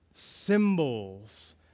symbols